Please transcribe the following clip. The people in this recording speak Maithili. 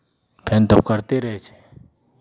फेर तऽ ओ करितै रहै छै